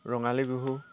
Rongali Bihu